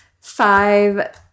five